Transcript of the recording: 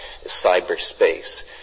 cyberspace